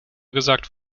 gesagt